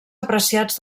apreciats